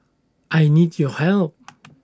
I need your help